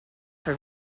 for